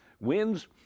winds